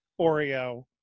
Oreo